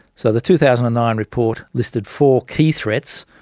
so the two thousand and nine report listed four key threats,